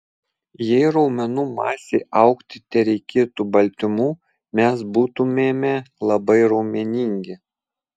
jei raumenų masei augti tereikėtų baltymų mes būtumėme labai raumeningi